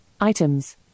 items